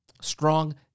Strong